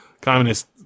communist